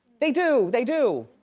they do, they do.